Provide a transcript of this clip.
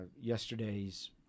Yesterday's